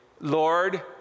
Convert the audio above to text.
Lord